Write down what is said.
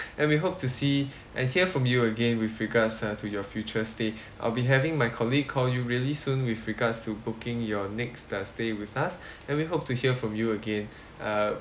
and we hope to see and hear from you again with regards uh to your future stay I'll be having my colleague call you really soon with regards to booking your next uh stay with us and we hope to hear from you again uh